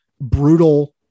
brutal